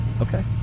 okay